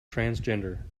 transgender